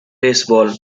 baseball